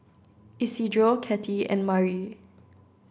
Isidro Cathey and Mari